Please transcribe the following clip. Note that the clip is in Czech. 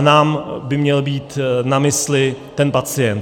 Nám by ale měl být na mysli ten pacient.